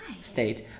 state